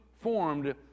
formed